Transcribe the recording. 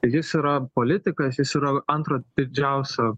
jis yra politikas jis yra antro didžiausio